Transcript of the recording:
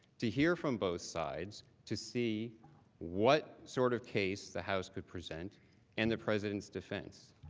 to hear from both sides to see what sort of case the house could present and the presidents defense.